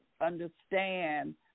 understand